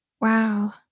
Wow